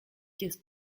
caisses